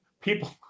people